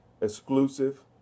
exclusive